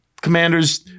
Commanders